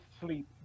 sleep